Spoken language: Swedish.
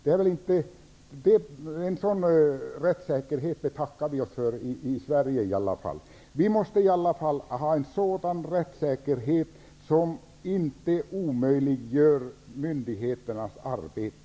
En sådan rättssäkerhet betackar vi oss för i Sverige i alla fall. Vi måste ändå ha en sådan rättssäkerhet som inte omöjliggör myndigheternas arbete.